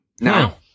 Now